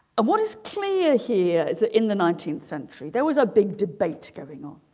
and what is clear here is ah in the nineteenth century there was a big debate going on